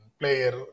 player